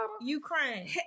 Ukraine